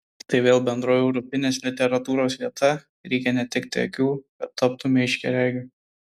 tai vėl bendroji europinės literatūros vieta reikia netekti akių kad taptumei aiškiaregiu